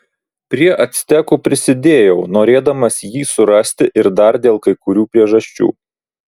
prie actekų prisidėjau norėdamas jį surasti ir dar dėl kai kurių priežasčių